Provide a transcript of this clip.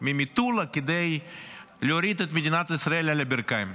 ממטולה כדי להוריד את מדינת ישראל על הברכיים.